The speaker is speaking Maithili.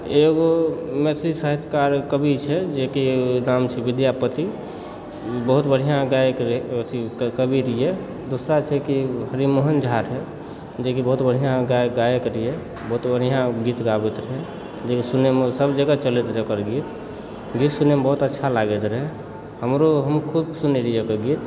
एगो मैथिली साहित्यकार कवि छै जेकि नाम छै विद्यापति बहुत बढ़िआँ गायक रहय अथी कवि रहिए दोसरा छै कि हरिमोहन झा रहय जेकि बहुत बढ़िआँ गायक रहय बहुत बढ़िआँ गीत गाबैत रहय जे कि सुनयमऽ सभ जगह चलति रहै ओकर गीत गीत सुनयमऽ बहुत अच्छा लागति रहै हमरो हम खूब सुनय रहिए एकर गीत